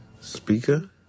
Speaker